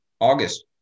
August